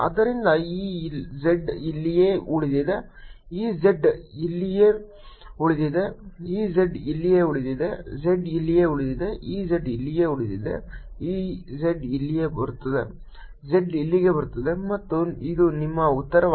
ಆದ್ದರಿಂದ ಈ z ಇಲ್ಲಿಯೇ ಉಳಿದಿದೆ ಈ z ಇಲ್ಲಿಯೇ ಉಳಿದಿದೆ ಈ z ಇಲ್ಲಿಯೇ ಉಳಿದಿದೆ z ಇಲ್ಲಿಯೇ ಉಳಿದಿದೆ ಈ z ಇಲ್ಲಿಯೇ ಉಳಿದಿದೆ ಈ z ಇಲ್ಲಿಗೆ ಬರುತ್ತದೆ z ಇಲ್ಲಿಗೆ ಬರುತ್ತದೆ ಮತ್ತು ಇದು ನಿಮ್ಮ ಉತ್ತರವಾಗಿದೆ